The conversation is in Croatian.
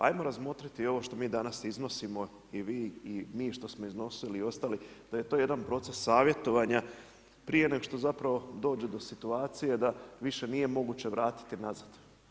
Hajmo razmotriti i ovo što mi danas iznosimo i vi i mi što smo iznosili i ostali, da je to jedan proces savjetovanja prije nego što zapravo dođe do situacije da više nije moguće vratiti nazad.